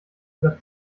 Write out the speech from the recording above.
über